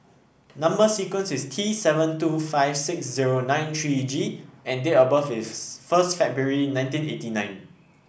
number sequence is T seven two five six zero nine three G and date of birth first February nineteen eighty nine